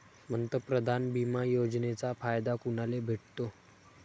पंतप्रधान बिमा योजनेचा फायदा कुनाले भेटतो?